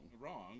wrong